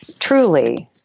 truly